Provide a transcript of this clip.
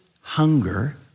hunger